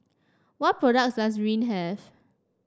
what products does Rene have